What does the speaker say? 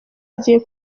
agiye